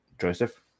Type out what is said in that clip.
Joseph